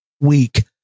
week